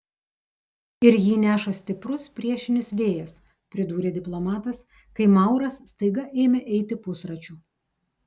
ir jį neša stiprus priešinis vėjas pridūrė diplomatas kai mauras staiga ėmė eiti pusračiu